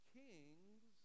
kings